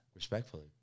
Respectfully